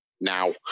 now